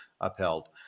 upheld